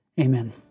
Amen